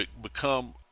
become